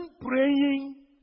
praying